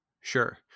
Sure